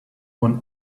one